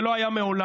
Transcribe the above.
זה לא היה מעולם.